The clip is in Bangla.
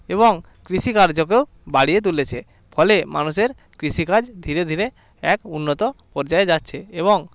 এবং কৃষিকার্যকেও বাড়িয়ে তুলেছে ফলে মানুষের কৃষিকাজ ধীরে ধীরে এক উন্নত পর্যায়ে যাচ্ছে এবং